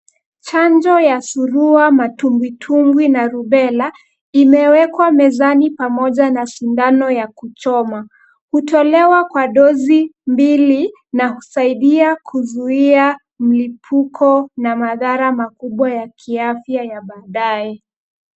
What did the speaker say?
Chanjo ya surua, matumbwitumbwi na rubela, imewekwa mezani pamoja na sindano ya kuchoma. Hutolewa kwa dozi mbili na husaidia kuzuia mlipuko na madhara makubwa ya kiafya ya baadaye.